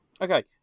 Okay